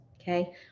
okay